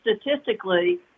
Statistically